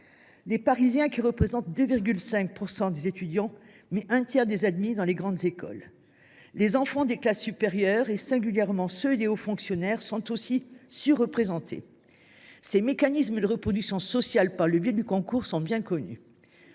les Parisiens représentent 2,5 % des étudiants, mais un tiers des admis dans les grandes écoles ; quant aux enfants des classes supérieures, singulièrement ceux des hauts fonctionnaires, ils y sont eux aussi surreprésentés. Les mécanismes de reproduction sociale par le biais du concours sont bien connus.